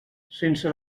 sense